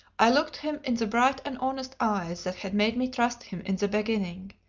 i looked him in the bright and honest eyes that had made me trust him in the beginning.